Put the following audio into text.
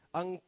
ang